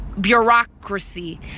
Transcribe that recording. bureaucracy